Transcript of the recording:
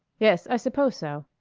yes, i suppose so.